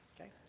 Okay